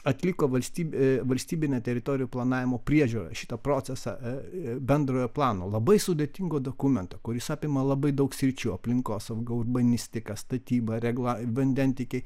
atliko valstybė valstybinę teritorijų planavimo priežiūrą šitą procesą bendrojo plano labai sudėtingo dokumento kuris apima labai daug sričių aplinkosaugą urbanistiką statybą regla vandentiekiai